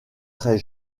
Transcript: très